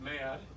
mad